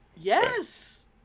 Yes